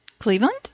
Cleveland